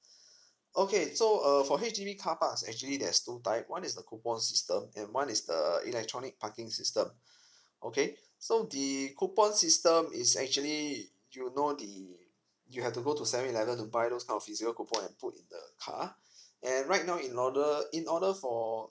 okay so err for H_D_B carparks actually there is two type one is the coupon system and one is the electronic parking system okay so the coupon system is actually you know the you have to go to seven eleven to buy those zero coupon and put in the car and right now in order in order for